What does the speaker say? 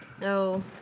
No